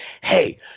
hey